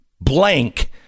blank